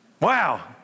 Wow